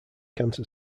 cancer